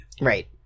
Right